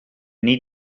need